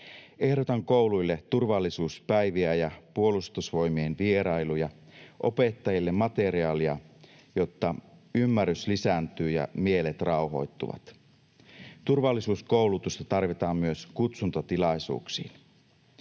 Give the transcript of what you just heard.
Ehdotan kouluille turvallisuuspäiviä ja Puolustusvoimien vierailuja, opettajille materiaalia, jotta ymmärrys lisääntyy ja mielet rauhoittuvat. Turvallisuuskoulutusta tarvitaan myös kutsuntatilaisuuksiin.